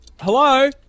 Hello